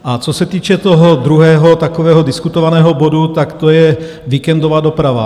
A co se týče toho druhého takového diskutovaného bodu, tak to je víkendová doprava.